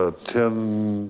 ah ten.